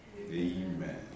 Amen